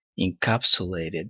encapsulated